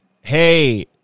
hey